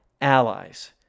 allies